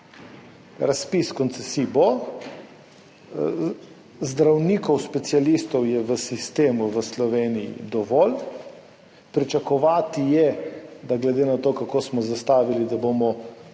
Razpis koncesij bo, zdravnikov specialistov je v sistemu v Sloveniji dovolj, pričakovati je, glede na to, kako smo zastavili, da bomo